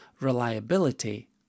reliability